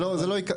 נכון,